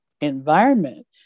environment